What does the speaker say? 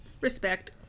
Respect